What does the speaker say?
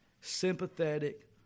sympathetic